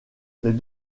les